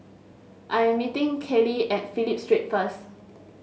I am meeting Kale at Phillip Street first